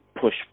push